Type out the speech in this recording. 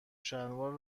شلوار